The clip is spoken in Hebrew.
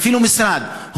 אפילו משרד,